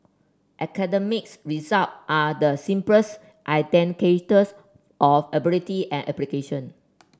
academics result are the simplest indicators of ability and application